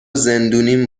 زندونیم